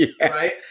right